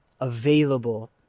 available